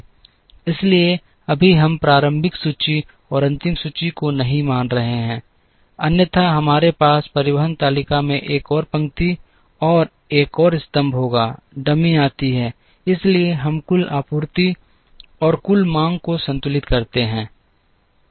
इसलिए अभी हम प्रारंभिक सूची और अंतिम सूची को नहीं मान रहे हैं अन्यथा हमारे पास परिवहन तालिका में एक और पंक्ति और एक और स्तंभ होगा डमी आती है इसलिए हम कुल आपूर्ति और कुल मांग को संतुलित करते हैं